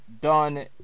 done